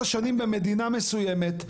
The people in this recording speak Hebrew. במדינה מסוימת,